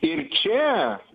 ir čia